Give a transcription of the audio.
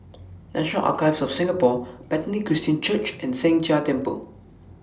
National Archives of Singapore Bethany Christian Church and Sheng Jia Temple